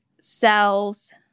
cells